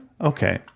Okay